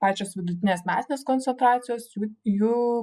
pačios vidutinės metinės koncetracijos jų jų